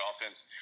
offense